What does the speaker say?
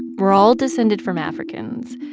we're all descended from africans.